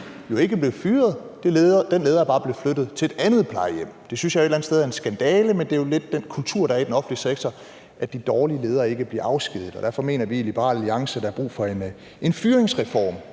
jo ikke blevet fyret, den leder er bare blevet flyttet til et andet plejehjem. Det synes jeg et eller andet sted er en skandale, men det er jo lidt den kultur, der er i den offentlige sektor: at de dårlige leder ikke bliver afskediget. Derfor mener vi i Liberal Alliance, at der er brug for en fyringsreform